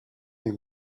new